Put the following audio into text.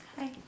Hi